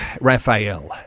Raphael